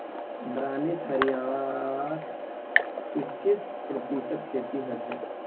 बारानीत हरियाणार इक्कीस प्रतिशत खेती हछेक